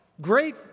great